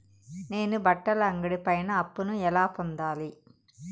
నేను బట్టల అంగడి పైన అప్పును ఎలా పొందాలి?